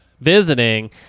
visiting